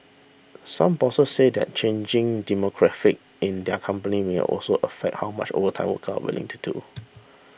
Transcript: some bosses said that changing demographics in their companies may also affect how much overtime workers are willing to do